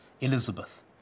Elizabeth